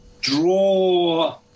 draw